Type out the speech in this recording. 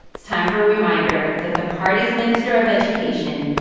it's time for a reminder that the party's minister of education,